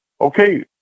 Okay